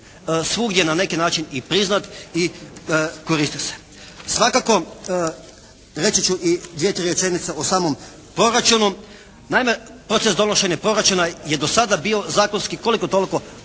svugdje na neki način i priznat i koristi se. Svakako reći ću i dvije-tri rečenice o samom proračunu. Naime proces donošenja proračuna je do sada bio zakonski koliko-toliko korektno